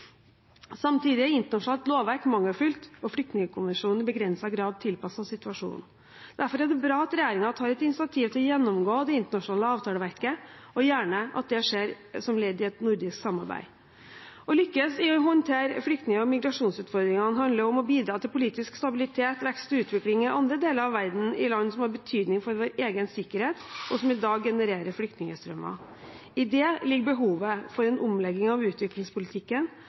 Samtidig er internasjonalt lovverk mangelfullt og Flyktningkonvensjonen i begrenset grad tilpasset situasjonen. Derfor er det bra at regjeringen tar et initiativ til å gjennomgå det internasjonale avtaleverket, gjerne som ledd i et nordisk samarbeid. Å lykkes i å håndtere flyktning- og migrasjonsutfordringene handler om å bidra til politisk stabilitet, vekst og utvikling i andre deler av verden, i land som har betydning for vår egen sikkerhet, og som i dag genererer flyktningstrømmer. I det ligger behovet for en omlegging av utviklingspolitikken,